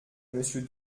monsieur